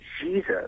jesus